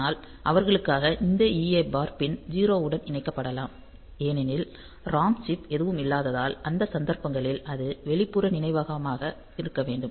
ஆகவே அவர்களுக்காக இந்த EA பார் பின் 0 உடன் இணைக்கப்படலாம் ஏனெனில் ROM சிப் எதுவும் இல்லாததால் அந்த சந்தர்ப்பங்களில் அது வெளிப்புற நினைவகமாக இருக்க வேண்டும்